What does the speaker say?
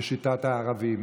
לשיטת הערבים.